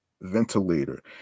ventilator